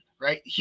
right